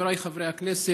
חבריי חברי הכנסת,